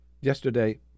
yesterday